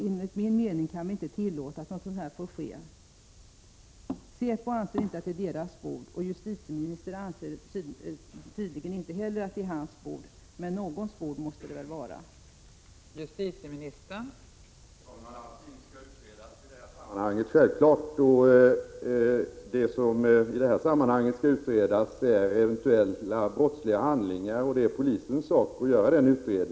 Enligt min mening kan vi inte tillåta att något sådant sker. Säpo anser inte att det är säpos bord, och justitieministern anser tydligen att det inte heller är hans bord. Men någons bord måste det väl ändå vara?